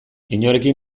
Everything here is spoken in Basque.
inorekin